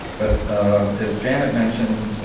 but as janet mentioned,